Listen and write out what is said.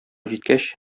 җиткәч